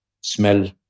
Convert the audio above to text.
smell